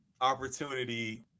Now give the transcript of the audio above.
opportunity